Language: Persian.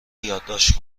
یادداشت